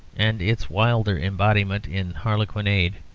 and its wilder embodiment in harlequinade,